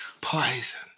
Poison